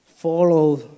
Follow